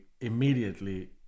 immediately